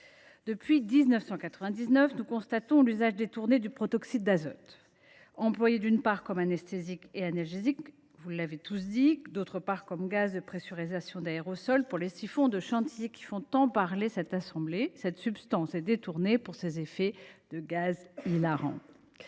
depuis 1999, nous constatons l’usage détourné du protoxyde d’azote. Employée, d’une part, comme anesthésique et analgésique, d’autre part, comme gaz de pressurisation d’aérosol pour les siphons de chantilly, qui font tant parler cette assemblée, cette substance est détournée pour ses effets hilarants.